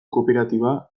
kooperatiba